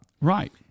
Right